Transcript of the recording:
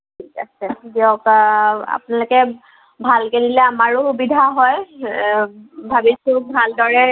ঠিক আছে দিয়ক আপোনালোকে ভালকে নিলে আমাৰো সুবিধা হয় ভাবিছোঁ ভালদৰে